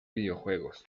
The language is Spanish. videojuegos